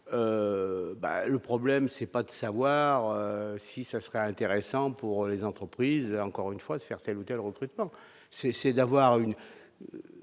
le problème c'est pas de savoir si ça serait intéressant pour les entreprises, encore une fois de faire telle ou telle recrutement c'est c'est d'avoir une